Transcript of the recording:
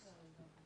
שלום.